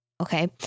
Okay